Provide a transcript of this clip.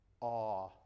awe